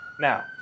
now